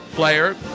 Player